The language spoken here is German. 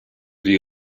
die